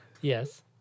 Yes